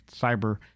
cyber